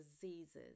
diseases